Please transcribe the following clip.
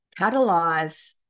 catalyze